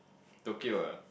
Tokyo ah